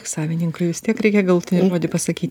savininkui vis tiek reikia galutinį žodį pasakyt